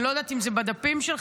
אני לא יודעת אם זה בדפים שלך,